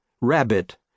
Rabbit